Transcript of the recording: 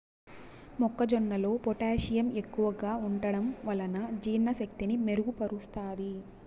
మొక్క జొన్నలో పొటాషియం ఎక్కువగా ఉంటడం వలన జీర్ణ శక్తిని మెరుగు పరుస్తాది